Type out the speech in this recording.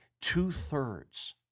two-thirds